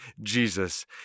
Jesus